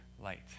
light